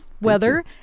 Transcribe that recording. weather